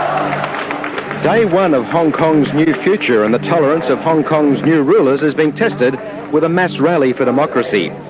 um day one of hong kong's new future and the tolerance of hong kong's new rulers is being tested with a mass rally for democracy.